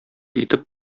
итеп